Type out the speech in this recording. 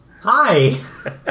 Hi